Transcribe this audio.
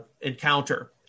encounter